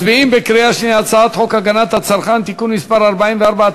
מצביעים בקריאה שנייה על הצעת חוק הגנת הצרכן (תיקון מס' 44),